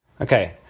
Okay